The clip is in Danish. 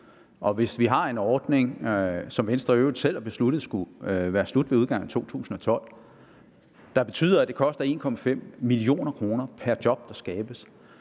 Og hvis vi har en ordning, som Venstre i øvrigt selv har besluttet skulle slutte ved udgangen af 2012, der betyder, at det koster 1,5 mio. kr. pr. job, der skabes,